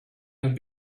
and